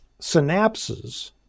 synapses